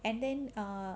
and then err